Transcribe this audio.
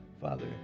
Father